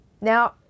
Now